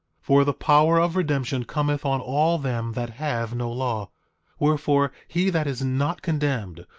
for the power of redemption cometh on all them that have no law wherefore, he that is not condemned,